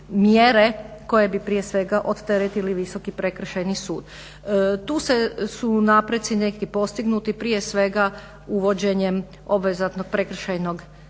koje bi prije svega odteretili Visoki prekršajni sud. Tu su napreci neki postignuti, prije svega uvođenjem obvezatnog prekršajnog naloga.